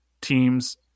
teams